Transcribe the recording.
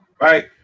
right